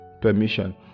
permission